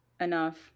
enough